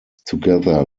together